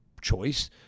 choice